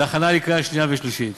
להכנה לקריאה שנייה ושלישית.